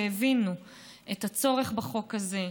שהבינו את הצורך בחוק הזה,